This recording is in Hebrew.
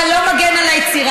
אתה לא מגן על היצירה,